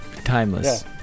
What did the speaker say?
timeless